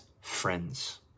friends